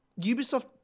Ubisoft